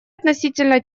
относительно